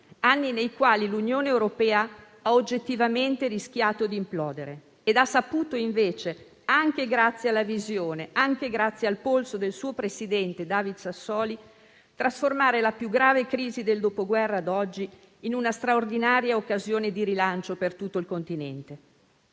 anni nei quali l'Unione europea, che ha oggettivamente rischiato di implodere, ha saputo invece, anche grazie alla visione e al polso del presidente del Parlamento europeo David Sassoli, trasformare la più grave crisi dal Dopoguerra ad oggi in una straordinaria occasione di rilancio per tutto il Continente.